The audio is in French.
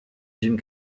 jim